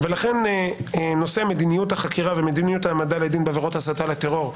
ולכן נושא מדיניות החקירה ומדיניות העמדה לדין בעבירות הסתה לטרור,